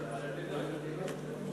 כנראה לא רק הבדלים באנשים,